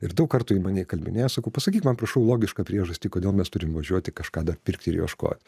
ir daug kartų ji mane įkalbinėjo sakau pasakyk man prašau logišką priežastį kodėl mes turim važiuoti kažką dar pirkti ir ieškot